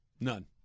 None